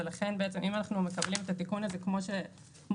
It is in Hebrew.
אם אנחנו מקבלים את התיקון הזה כמו שהוצע,